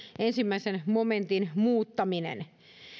ensimmäisen momentin muuttaminen